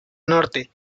norte